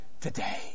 today